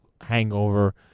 hangover